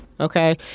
Okay